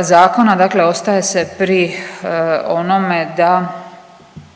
zakona dakle ostaje se pri onome da